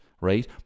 right